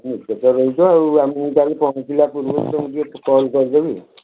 ରଖିଛ ଆଉ ମୁଁ କାଲି ପହଞ୍ଚିଲା ପୂର୍ବରୁ ତୁମକୁ ଟିକିଏ କଲ କରିଦେବି